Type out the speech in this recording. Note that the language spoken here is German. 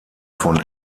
von